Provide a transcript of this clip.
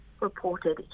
reported